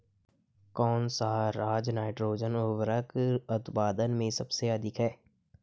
कौन सा राज नाइट्रोजन उर्वरक उत्पादन में सबसे अधिक है?